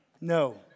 No